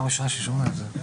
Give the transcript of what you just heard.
פעם ראשונה ששומעים על זה.